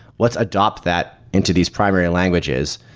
let's adopt that into these primary languages.